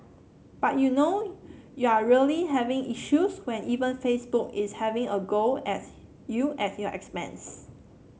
but you know you're really having issues when even Facebook is having a go at you at your expense